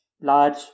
large